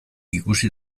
ikusi